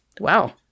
Wow